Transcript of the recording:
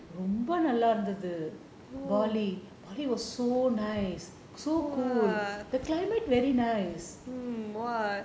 ரொம்ப நல்லா இருந்துது:romba nallaa irunthathu bali bali was so nice so cold the climate very nice